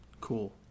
Cool